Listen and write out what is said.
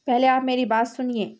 پہلے آپ میری بات سنیے